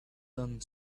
done